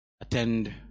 attend